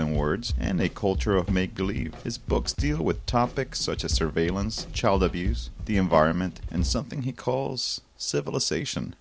than words and the culture of make believe his books deal with topics such as surveillance child abuse the environment and something he calls civilization